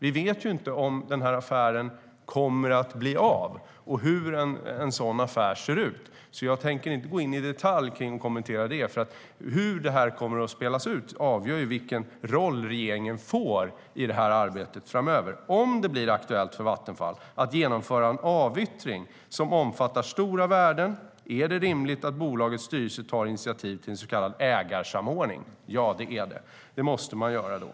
Vi vet inte om affären kommer att bli av och hur en sådan affär kommer att se ut. Därför tänker jag inte kommentera det i detalj. Hur det kommer att spelas ut avgör vilken roll regeringen får i det arbetet framöver. Om det blir aktuellt för Vattenfall att genomföra en avyttring som omfattar stora värden, är det då rimligt att bolagets styrelse tar initiativ till en så kallad ägarsamordning? Ja, det är det. Det måste man i så fall göra.